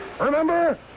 Remember